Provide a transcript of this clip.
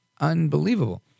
Unbelievable